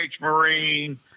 marine